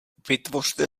vytvořte